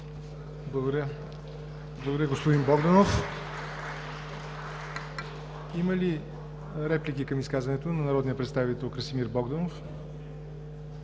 Благодаря Ви, господин Богданов. Има ли реплики към изказването на народния представител Красимир Богданов?